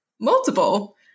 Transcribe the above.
multiple